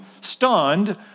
stunned